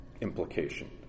implication